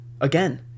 again